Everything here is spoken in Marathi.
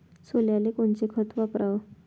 सोल्याले कोनचं खत वापराव?